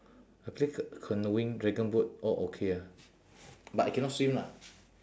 I play ca~ canoeing dragon boat all okay ah but I cannot swim lah